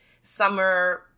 summer